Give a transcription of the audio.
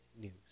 news